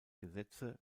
gesetze